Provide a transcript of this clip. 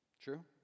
True